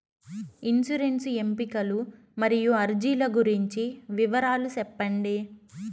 insurance ఎంపికలు మరియు అర్జీల గురించి వివరాలు సెప్పండి